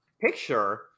picture